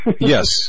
Yes